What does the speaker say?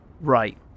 right